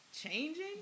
changing